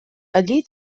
allí